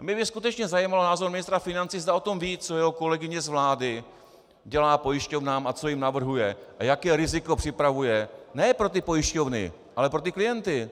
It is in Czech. Mě by skutečně zajímal názor ministra financí, zda o tom ví, co jeho kolegyně z vlády dělá pojišťovnám a co jim navrhuje a jaké riziko připravuje ne pro ty pojišťovny, ale pro ty klienty.